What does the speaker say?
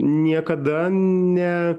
niekada ne